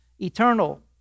eternal